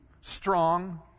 strong